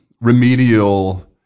remedial